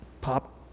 pop